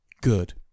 good